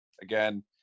Again